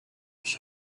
ich